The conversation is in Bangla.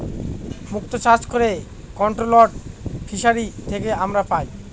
মুক্ত চাষ করে কন্ট্রোলড ফিসারী থেকে আমরা পাই